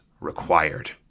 required